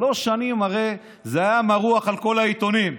שלוש שנים זה היה מרוח על כל העיתונים.